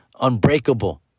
unbreakable